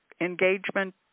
engagement